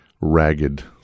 ragged